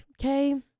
okay